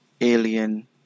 alien